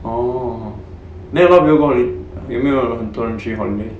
oh then 有没有人 go 有没有人很多人去 holiday